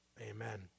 Amen